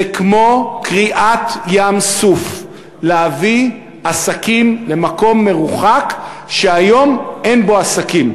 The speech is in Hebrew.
זה כמו קריעת ים-סוף להביא עסקים למקום מרוחק שהיום אין בו עסקים.